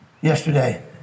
yesterday